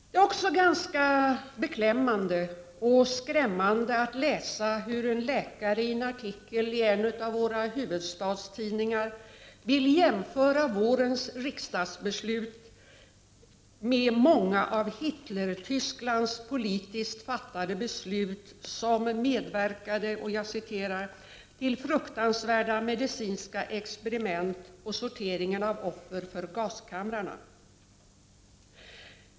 Det är också ganska beklämmande och skrämmande att läsa hur en läkare i en artikel i en av våra huvudstadstidningar vill jämföra vårens riksdagsbeslut med många av Hitler-Tysklands politiskt fattade beslut som medverkade ”till fruktansvärda medicinska experiment och sorteringen av offer för gaskamrarna”.